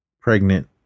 pregnant